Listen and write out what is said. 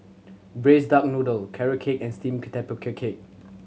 Braised Duck Noodle Carrot Cake and steamed tapioca cake